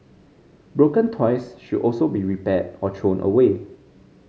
broken toys should also be repaired or thrown away